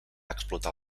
explotar